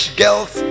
girls